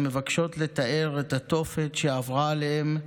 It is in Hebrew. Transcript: המבקשות לתאר את התופת שעברה עליהן,